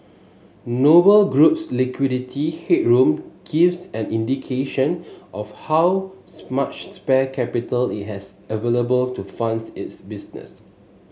Noble Group's liquidity headroom gives an indication of how much spare capital it has available to funds its business